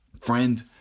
Friend